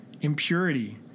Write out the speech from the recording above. impurity